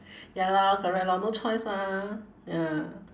ya lor correct lor no choice ah ya